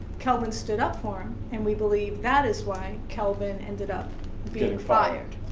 kelvin stood up for him and we believe that is why kelvin ended up being fired.